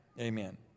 Amen